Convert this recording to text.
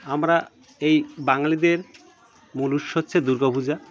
আমরা এই বাঙালিদের মূল উৎসব হচ্ছে দুর্গা পূজা